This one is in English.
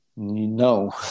No